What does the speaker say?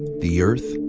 the earth,